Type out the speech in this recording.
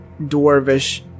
dwarvish